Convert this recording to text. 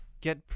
get